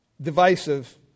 divisive